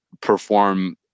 perform